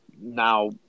now